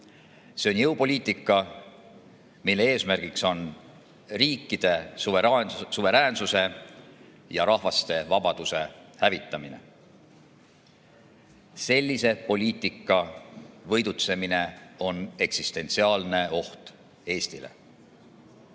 See on jõupoliitika, mille eesmärk on riikide suveräänsuse ja rahvaste vabaduse hävitamine. Sellise poliitika võidutsemine on eksistentsiaalne oht Eestile.